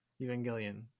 Evangelion